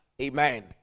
amen